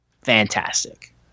fantastic